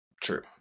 True